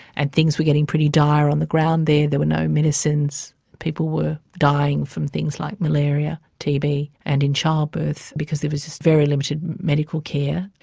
and things were getting pretty dire on the ground there. there were no medicines, people were dying from things like malaria, tb and in childbirth because there was just very limited medical care,